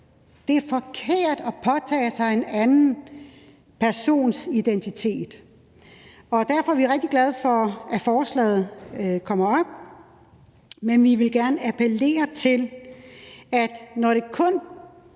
Det er forkert at påtage sig en anden persons identitet. Derfor er vi rigtig glade for, at forslaget kommer op, men vi vil gerne appellere til, at når det kun,